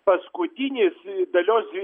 paskutinis dalios